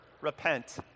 Repent